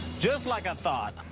just like i thought.